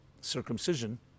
circumcision